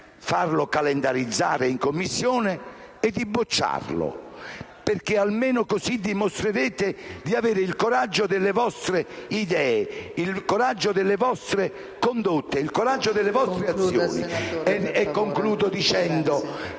il coraggio delle vostre idee, il coraggio delle vostre condotte, il coraggio delle vostre azioni.